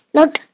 Look